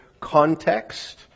context